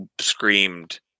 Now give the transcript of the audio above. screamed